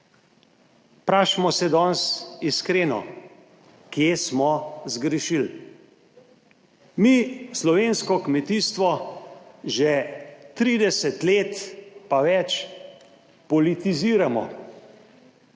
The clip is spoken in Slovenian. Vprašajmo se danes iskreno, kje smo zgrešil. Mi slovensko kmetijstvo, že 30 let pa več politiziramo.